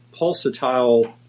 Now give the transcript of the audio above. pulsatile